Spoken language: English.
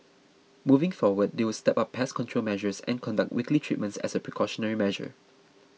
moving forward they will step up pest control measures and conduct weekly treatments as a precautionary measure